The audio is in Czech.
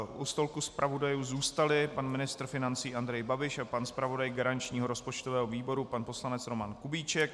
U stolku zpravodajů zůstali pan ministr financí Andrej Babiš a pan zpravodaj garančního rozpočtového výboru, pan poslanec Roman Kubíček.